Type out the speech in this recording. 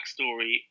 backstory